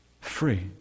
free